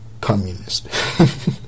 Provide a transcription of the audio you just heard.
communist